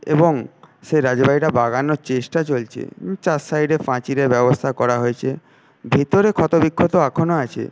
এবং সে রাজবাড়িটা বাগানোর চেষ্টা চলছে চার সাইডে পাঁচিলের ব্যবস্থা করা হয়েছে ভিতরে ক্ষত বিক্ষত এখনও আছে